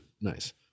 nice